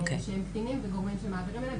שהם קטינים וגורמים שמעבירים אליהם.